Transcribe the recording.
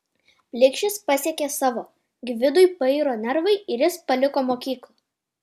plikšis pasiekė savo gvidui pairo nervai ir jis paliko mokyklą